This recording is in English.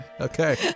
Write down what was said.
Okay